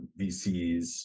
VCs